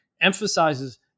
emphasizes